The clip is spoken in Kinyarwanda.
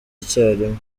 icyarimwe